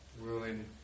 ruin